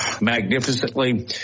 magnificently